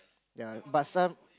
yea but some